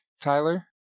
Tyler